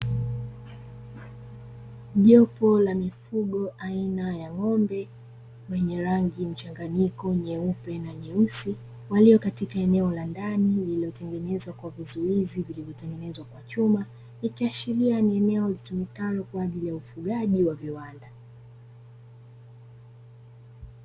Jengo la mifugo aina ya ng'ombe wenye rangi nyeusi walio katika eneo la ndani lililotengenezwa kwa vizuizi vilivyotengenezwa kwa chuma, ikiashiria mimea ijulikane kwa ajili ya upigaji wa viwanda.